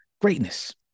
Greatness